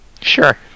Sure